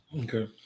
Okay